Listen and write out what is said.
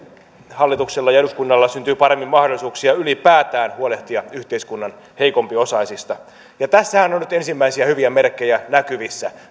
hallitukselle ja eduskunnalle syntyy paremmin mahdollisuuksia ylipäätään huolehtia yhteiskunnan heikompiosaisista tässähän on nyt ensimmäisiä hyviä merkkejä näkyvissä